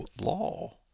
law